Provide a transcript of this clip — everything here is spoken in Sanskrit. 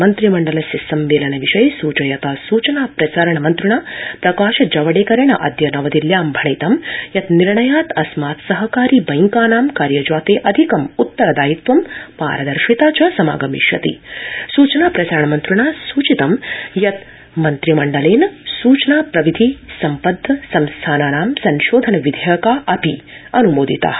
मन्त्रिमण्डलस्य सम्मेलन विषये सूचयता सूचना प्रसारण मन्त्रिणा प्रकाश जावडेकरणाद्य नवदिल्ल्यां भणितं यत् निर्णयात् अस्मात् सहकारी बैंकानां कार्यजाते अधिकम् उत्तर दायित्वं पारदर्शिता च समागमिष्यति सूचना प्रसारण मन्त्रिणा सूचितं यत् मन्त्रिमण्डलेन सूचना प्रविधि सम्बद्ध संस्थानानां संशोधन विधेयका अपि अनुमोदिता